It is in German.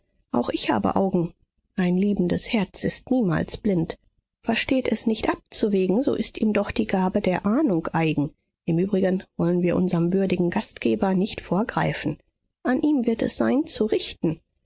auch ich habe augen ein liebendes herz ist niemals blind versteht es nicht abzuwägen so ist ihm doch die gabe der ahnung eigen im übrigen wollen wir unserm würdigen gastgeber nicht vorgreifen an ihm wird es sein zu richten